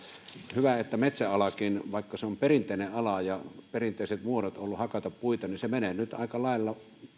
hyvä että metsäalakin vaikka se on perinteinen ala ja perinteiset muodot on ollut hakata puita menee nyt aika lailla